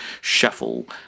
shuffle